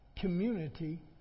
community